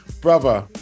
Brother